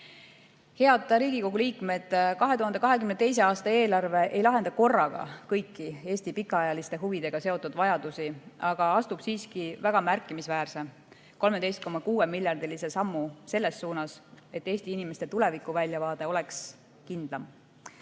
Head Riigikogu liikmed! 2022. aasta eelarve ei lahenda korraga kõiki Eesti pikaajaliste huvidega seotud vajadusi, aga astub siiski väga märkimisväärse, 13,6-miljardilise sammu selles suunas, et Eesti inimeste tulevikuväljavaade oleks kindlam.